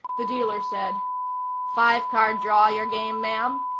the dealer said five-card draw your game, ma'am?